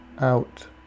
out